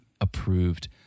approved